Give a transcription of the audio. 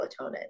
melatonin